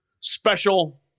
special